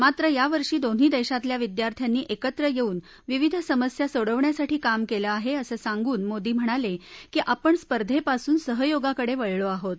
मात्र यावर्षी दोन्ही दक्षीतल्या विद्यार्थ्यांनी एकत्र यस्तिन विविध समस्या सोडविण्यासाठी काम कलि आह अससिंगून मोदी म्हणाल की आपण स्पर्धेपासून सहयोगाकड विळलो आहोत